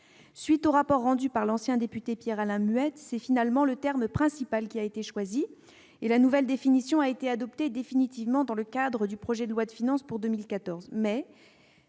suite du rapport rendu par l'ancien député Pierre-Alain Muet, c'est finalement le terme « principal » qui a été choisi. La nouvelle définition a été adoptée définitivement dans le cadre du projet de loi de finances pour 2014.